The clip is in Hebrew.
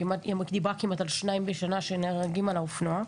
היא דיברה על כמעט שניים בשנה שנהרגים על האופנוע.